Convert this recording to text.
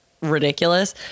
ridiculous